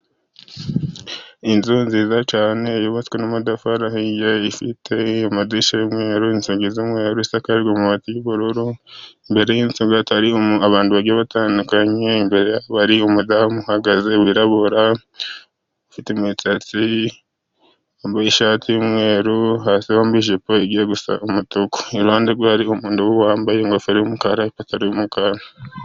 Inzu nziza cyane yubatswe n'amatafari ahiye, ifite amadirishya y'umweru, inzugi z'umweru, isakaje amabati y'ubururu. Imbere y'inzu gato hariyo abantu bagiye batandukanye. Imbere hari umudamu uhagaze wirabura, ufite imisatsi, yambaye ishati y'umweru hasi wambaye ijipo ijya gusa umutuku. Iruhande rwe hari umuntu wambaye ingofero y'umukara n'ipataro y'umukara.